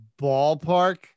ballpark